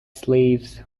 sleeves